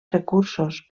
recursos